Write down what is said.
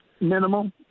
Minimal